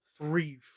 three